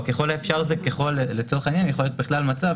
"ככל האפשר" יכול להיות מצב